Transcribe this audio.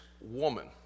woman